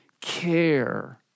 care